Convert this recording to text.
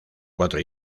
cuatro